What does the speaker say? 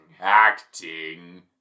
Acting